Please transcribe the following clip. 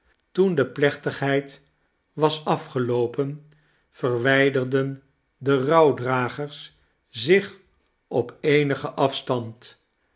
toen de plechtigheid was afgeloopen verwijderden de rouwdragers zich op eenigen afstand